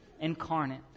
incarnate